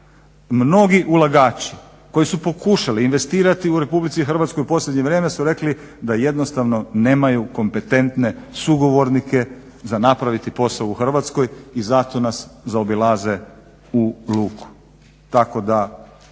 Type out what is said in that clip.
Mnogi ulagači koji su pokušali investirati u RH u posljednje vrijeme su rekli da jednostavno nemaju kompetentne sugovornike za napraviti posao u Hrvatskoj i zato nas zaobilaze u luku. Tako da